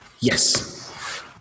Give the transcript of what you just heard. Yes